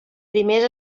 primers